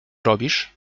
robisz